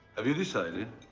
have you decided?